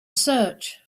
search